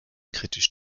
kritisch